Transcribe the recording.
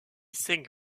cinq